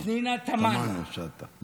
פנינה תמנו שטה.